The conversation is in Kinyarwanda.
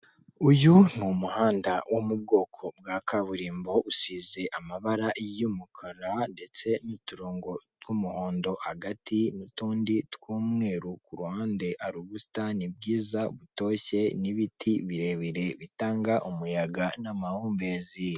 Uyu ni umuhanda wo mu bwoko bwa kaburimbo usize amabara y'umukara ndetse n'uturongo tw'umuhondo, hagati n'utundi tw'umweru. Kuhande hari ubusitani bwiza butoshye n'ibiti birebire bitanga umuyaga n'amahumbezi.